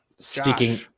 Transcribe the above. Speaking